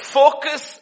focus